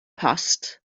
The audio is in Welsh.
post